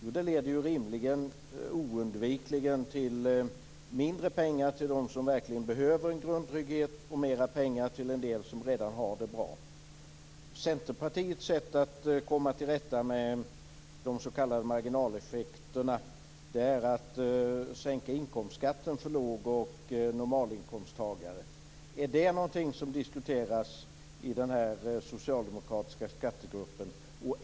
Jo, det leder oundvikligen till mindre pengar till dem som verkligen behöver grundtrygghet och mer pengar till en del som redan har det bra. Centerpartiets sätt att komma till rätta med de s.k. marginaleffekterna är att sänka inkomstskatten för låg och normalinkomsttagare. Är det någonting som diskuteras i den socialdemokratiska skattegruppen?